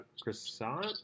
croissant